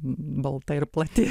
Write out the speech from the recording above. balta ir plati